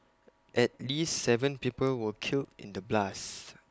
at least Seven people were killed in the blasts